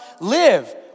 live